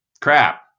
crap